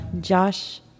Josh